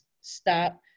stop